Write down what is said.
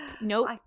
nope